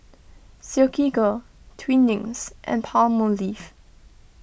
Silkygirl Twinings and Palmolive